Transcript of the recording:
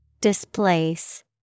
Displace